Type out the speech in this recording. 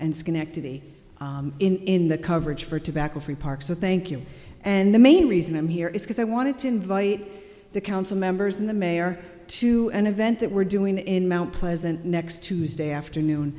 and schenectady in the coverage for tobacco free parks so thank you and the main reason i'm here is because i wanted to invite the council members and the mayor to an event that we're doing in mount pleasant next tuesday afternoon